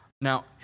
Now